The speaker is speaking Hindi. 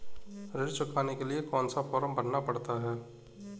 ऋण चुकाने के लिए कौन सा फॉर्म भरना पड़ता है?